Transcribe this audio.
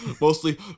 Mostly